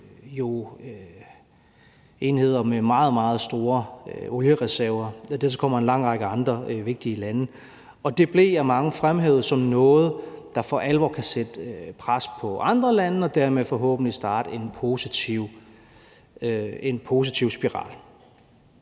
enheder med meget, meget store oliereserver, og dertil kommer en lang række andre vigtige lande. Og det blev af mange fremhævet som noget, der for alvor kan sætte pres på andre lande og dermed forhåbentlig starte en positiv spiral.